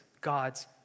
God's